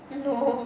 no